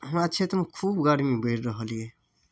हमरा क्षेत्र मे खूब गरमी बढ़ि रहल अइ